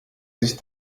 sich